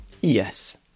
Yes